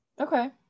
okay